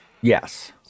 Yes